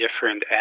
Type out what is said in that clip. different